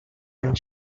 and